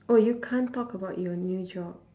oh you can't talk about your new job